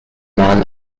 man